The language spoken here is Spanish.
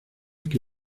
que